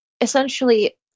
essentially